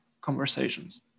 conversations